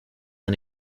and